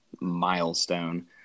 milestone